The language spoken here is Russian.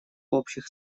общих